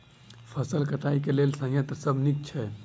फसल कटाई लेल केँ संयंत्र सब नीक छै?